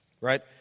right